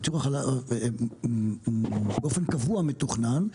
ייצור החלב הוא באופן קבוע מתוכנן.